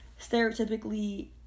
stereotypically